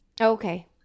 Okay